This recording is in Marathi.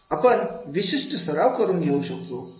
आपण विशिष्ट सराव करून घेऊ शकतो